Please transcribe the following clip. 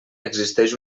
existeix